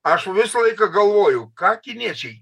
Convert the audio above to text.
aš visą laiką galvoju ką kiniečiai